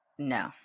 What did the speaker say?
no